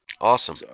Awesome